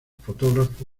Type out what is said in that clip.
fotógrafo